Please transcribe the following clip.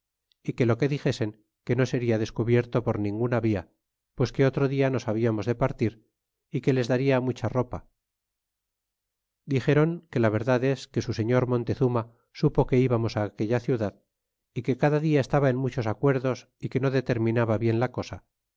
é que lo que dixesen que no seria descubierto por via ninguna pues que otro dia nos hablarnos de partir é que les darla mucha ropa é dixéron que la verdad es que su señor ylontezuma supo que íbamos aquella ciudad é que cada dia estaba en muchos acuerdos que no determinaba bien la cosa